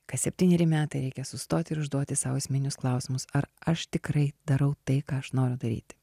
kas septyneri metai reikia sustot ir užduoti sau esminius klausimus ar aš tikrai darau tai ką aš noriu daryti